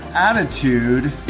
attitude